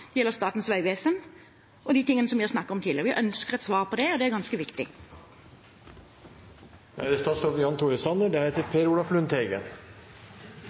Spesielt gjelder det Nav, det gjelder Statens vegvesen og de tingene vi har snakket om tidligere. Vi ønsker et svar på det, og det er ganske